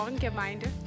Gemeinde